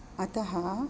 अतः